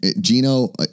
Gino